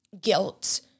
Guilt